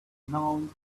nouns